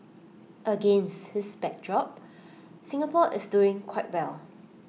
against this backdrop Singapore is doing quite well